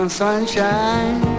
sunshine